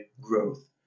Growth